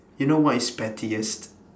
you know what is pettiest